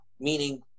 Meaning